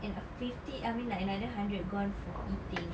and a fifty I mean like another hundred gone for eating